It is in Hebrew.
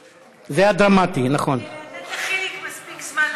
עסקה), התשע"ז 2017, לוועדת הכלכלה